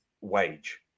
wage